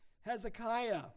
Hezekiah